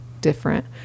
different